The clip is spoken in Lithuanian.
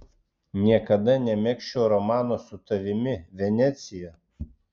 niekada nemegzčiau romano su tavimi venecija